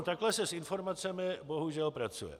Takhle se s informacemi bohužel pracuje.